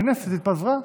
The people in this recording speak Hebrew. הכנסת התפזרה.